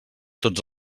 tots